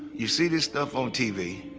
you see this stuff on tv,